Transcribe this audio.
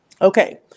Okay